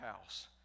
house